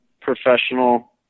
professional